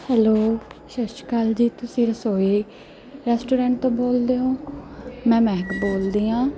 hello ਸਤਿ ਸ਼੍ਰੀ ਅਕਾਲ ਜੀ ਤੁਸੀਂ ਰਸੋਈ ਰੈਸਟੋਰੈਂਟ ਤੋਂ ਬੋਲਦੇ ਹੋ ਮੈਂ ਮਹਿਕ ਬੋਲਦੀ ਹਾਂ